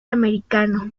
americano